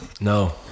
no